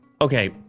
Okay